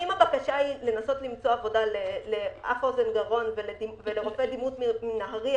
אם הבקשה היא לנסות למצוא עבודה לאף אוזן גרון ולרופא דימות מנהריה,